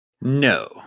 No